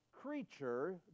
creature